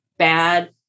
bad